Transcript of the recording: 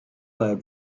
have